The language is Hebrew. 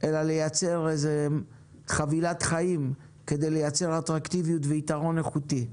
אלא לייצר איזו חבילת חיים כדי לייצר אטרקטיביות ויתרון איכותי.